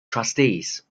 trustees